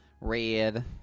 Red